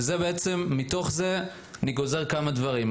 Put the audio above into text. מתוך זה אני גוזר כמה דברים.